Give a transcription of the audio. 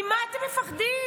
ממה אתם מפחדים?